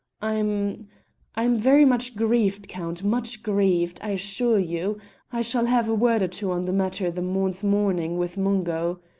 i'm i'm very much grieved, count, much grieved, i assure you i shall have a word or two on the matter the morn's morning with mungo.